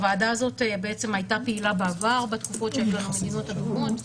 הוועדה הזאת הייתה פעילה בעבר בתקופות שהיו לנו מדינות אדומות,